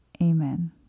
Amen